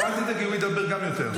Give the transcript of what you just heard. אל תדאגי, הוא ידבר גם יותר.